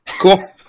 Cool